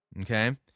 Okay